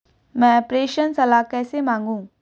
मैं प्रेषण सलाह कैसे मांगूं?